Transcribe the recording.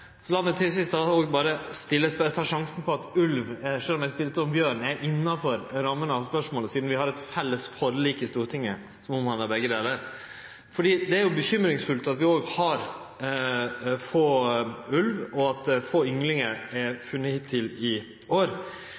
sjansen på at ulv – sjølv om spørsmålet gjeld bjørn – er innanfor ramma av spørsmålet, sidan vi har eit felles forlik i Stortinget som handlar om begge delar. Det er bekymringsfullt at vi har få ulvar, og at få ynglingar er funne hittil i år.